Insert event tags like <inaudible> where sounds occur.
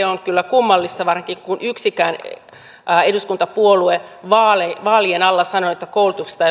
<unintelligible> on kyllä kummallista varsinkin kun yksikään eduskuntapuolue ei vaalien alla sanonut että koulutuksesta <unintelligible>